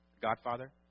Godfather